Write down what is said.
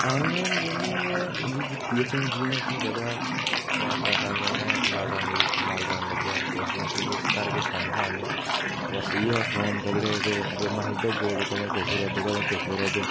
online gaming बी कीती असें हून जियां असें पता त्रै चार साल पैहले लाकडाउन लाकडाउन लग्गेआ ते उसलै असेंगी किश घर किश कम्म ते हां नेईं ते बस इ'यै फोन पकड़ेआ ते गेमा खेढदे ते कदें किश कदें किश करा दे